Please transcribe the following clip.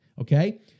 Okay